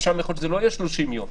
ובהם יכול להיות שזה לא יהיה 30 יום,